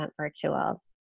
virtual